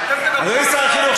אדוני שר החינוך,